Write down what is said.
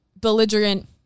belligerent